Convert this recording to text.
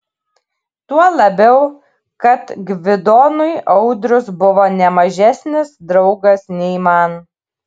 tuo labiau kad gvidonui audrius buvo ne mažesnis draugas nei man